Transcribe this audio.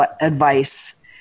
advice